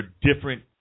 different